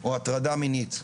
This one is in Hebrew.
או הטרדה מינית.